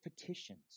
petitions